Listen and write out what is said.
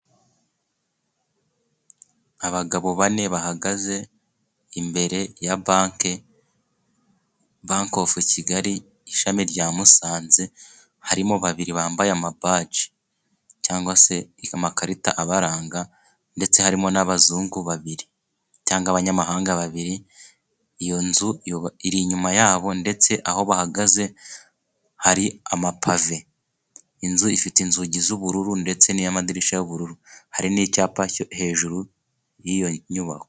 Abagabo bane bahagaze imbere ya banki ,banki ofu Kigali ishami rya Musanze ,harimo babiri bambaye amabaji, cyangwa se amakarita abaranga, ndetse harimo n'abazungu babiri ,cyangwa abanyamahanga babiri. Iyo nzu iri inyuma yabo, ndetse aho bahagaze hari amapave. Inzu ifite inzugi z'ubururu ,ndetse n'iy'amadirishya y'ubururu, hari n'icyapa cyo hejuru y'iyo nyubako.